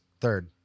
Third